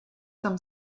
tam